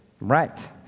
right